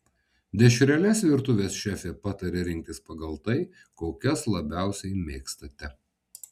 dešreles virtuvės šefė pataria rinktis pagal tai kokias labiausiai mėgstate